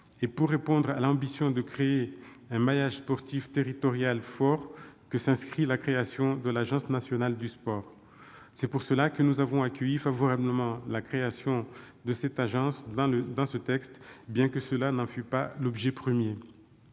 et pour répondre à l'ambition de créer un maillage sportif territorial fort que s'inscrit la création de l'Agence nationale du sport. C'est pour cela que nous avons accueilli favorablement la création de l'Agence dans ce texte, bien qu'elle n'en fût pas l'objet premier.